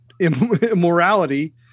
immorality